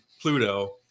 Pluto